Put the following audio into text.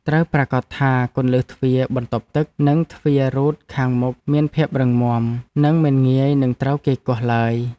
ត្រូវប្រាកដថាគន្លឹះទ្វារបន្ទប់ទឹក និងទ្វាររ៉ូតខាងមុខមានភាពរឹងមាំ និងមិនងាយនឹងត្រូវគេគាស់ឡើយ។